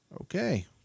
Okay